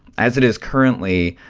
as it is currently,